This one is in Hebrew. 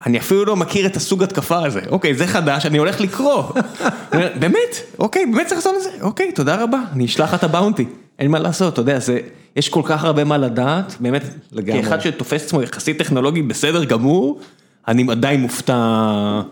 אני אפילו לא מכיר את הסוג התקפה הזה, אוקיי, זה חדש, אני הולך לקרוא, באמת, אוקיי, באמת צריך לעשות את זה, אוקיי, תודה רבה, אני אשלח את הבאונטי, אין מה לעשות, אתה יודע, זה, יש כל כך הרבה מה לדעת, באמת, כאחד שתופס את עצמו יחסית טכנולוגית בסדר גמור, אני עדיין מופתע.